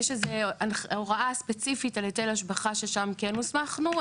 יש איזו הוראה ספציפית על היטל השבחה ששם כן הוסמכנו.